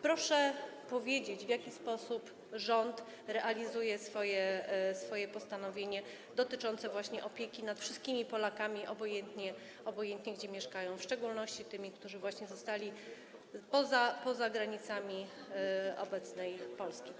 Proszę powiedzieć, w jaki sposób rząd realizuje swoje postanowienie dotyczące właśnie opieki nad wszystkimi Polakami, obojętnie, gdzie mieszkają, w szczególności tymi, którzy zostali poza granicami obecnej Polski.